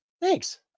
thanks